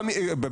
במגזר הערבי,